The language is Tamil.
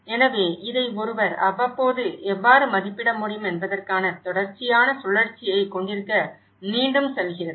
எனவே இதை ஒருவர் அவ்வப்போது எவ்வாறு மதிப்பிட முடியும் என்பதற்கான தொடர்ச்சியான சுழற்சியைக் கொண்டிருக்க மீண்டும் செல்கிறது